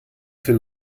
für